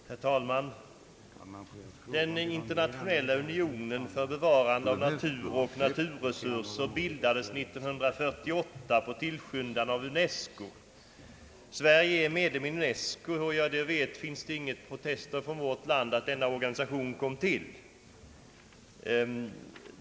Herr talman! Den internationella unionen för bevarande av natur och naturresurser bildades 1948 på tillskyndan av UNESCO. Sverige är medlem i UNESCO, och såvitt jag vet höjdes ingen protest från vårt land mot att denna union kom till.